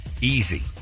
Easy